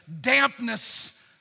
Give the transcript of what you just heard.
dampness